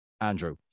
Andrew